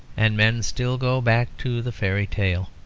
and men still go back to the fairy-tale.